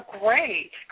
great